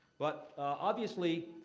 but obviously,